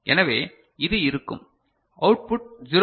எனவே இது இருக்கும் அவுட்புட் 0